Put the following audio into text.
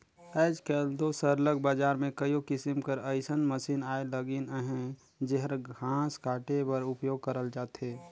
आएज काएल दो सरलग बजार में कइयो किसिम कर अइसन मसीन आए लगिन अहें जेहर घांस काटे बर उपियोग करल जाथे